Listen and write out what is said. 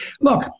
Look